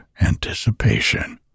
anticipation